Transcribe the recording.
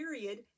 period